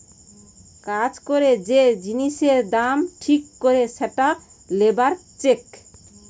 কাজ করে যে জিনিসের দাম ঠিক করে সেটা লেবার চেক